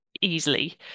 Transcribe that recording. easily